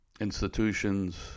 Institutions